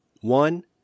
one